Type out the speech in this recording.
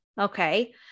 okay